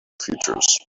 features